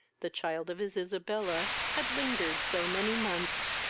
the child of his isabella, had lingered so many months,